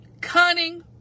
cunning